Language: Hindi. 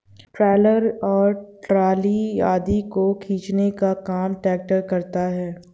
ट्रैलर और ट्राली आदि को खींचने का काम ट्रेक्टर करता है